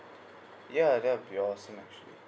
ya that will be all so much